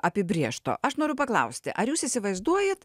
apibrėžto aš noriu paklausti ar jūs įsivaizduojat